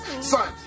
Son